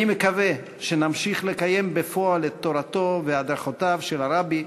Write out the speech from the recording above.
אני מקווה שנמשיך לקיים בפועל את תורתו והדרכותיו של הרבי,